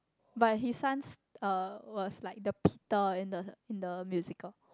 but his sons uh was like the Peter in the in the musical